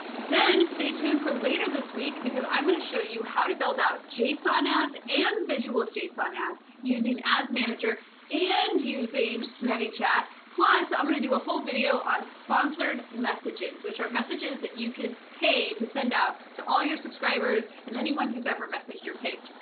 then stay tuned for later this week because i'm going to show you how to build out json ads and visual json ads using ads manager and using manychat. plus, i'm to do a whole video on sponsored messages, which are messages that you can pay to send out to all your subscribers and anyone who's ever messaged your page.